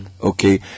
Okay